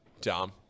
Tom